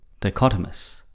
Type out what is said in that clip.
dichotomous